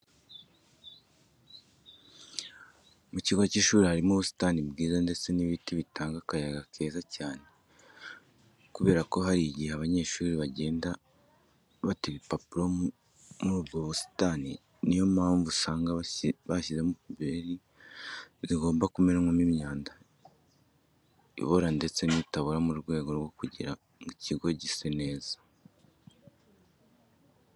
Mu kigo cy'ishuri harimo ubusitani bwiza ndetse n'ibiti bitanga akayaga keza cyane. Kubera ko hari igihe abanyeshuri bagenda bata ibipapuro muri ubwo busitani, niyo mpamvu usanga barashyizemo puberi zigomba kumenwamo imyanda ibora ndetse n'itabora mu rwego rwo kugira ngo ikigo gise neza.